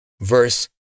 Verse